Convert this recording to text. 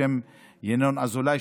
בשם ינון אזולאי,